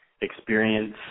experience